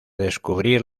descubrir